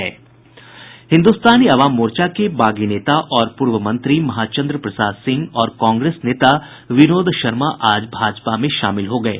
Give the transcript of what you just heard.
हिन्दुस्तानी अवाम मोर्चा के बागी नेता और पूर्व मंत्री महाचन्द्र प्रसाद सिंह और कांग्रेस नेता विनोद शर्मा आज भाजपा में शामिल हो गये